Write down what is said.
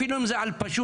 אפילו אם זה על פשוט,